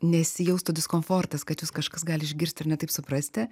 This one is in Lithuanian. nesijaustų diskomfortas kad jus kažkas gali išgirsti ir ne taip suprasti